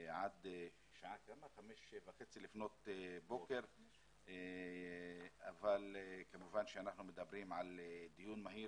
עד שעה חמש וחצי לפנות בוקר אבל כמובן שאנחנו מדברים על דיון מהיר